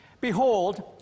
Behold